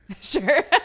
Sure